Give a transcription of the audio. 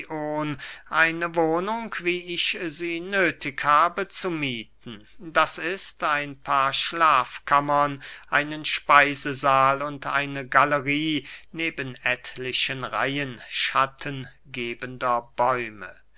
eine wohnung wie ich sie nöthig habe zu miethen das ist ein paar schlafkammern einen speisesahl und eine galerie neben etlichen reihen schattengebender bäume